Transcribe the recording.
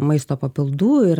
maisto papildų ir